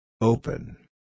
Open